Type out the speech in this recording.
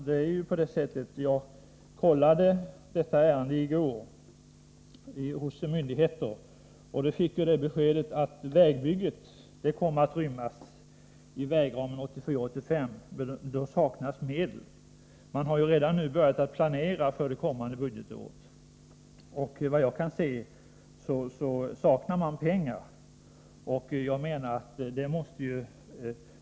Herr talman! Jag kontrollerade detta ärende i går hos myndigheterna och fick då beskedet att vägbygget kommer att rymmas inom vägramen 1984/85, men att det då saknas medel. Man har ju redan nu börjat att planera för det kommande budgetåret, och såvitt jag kan se saknas pengar.